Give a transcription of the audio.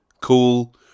cool